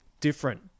different